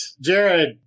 Jared